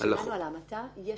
הצבעה על החוק היום?